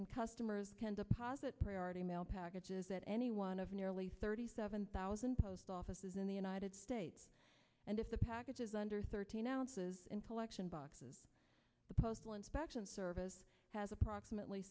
and customers can deposit priority mail packages at any one of nearly thirty seven thousand post offices in the united states and if the package is under thirteen ounces intellection boxes the postal inspection service has approximately